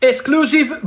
Exclusive